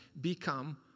become